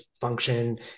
function